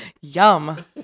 Yum